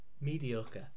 mediocre